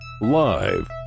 live